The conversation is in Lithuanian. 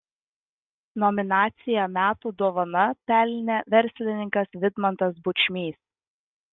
nominaciją metų dovana pelnė verslininkas vidmantas bučmys